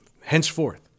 henceforth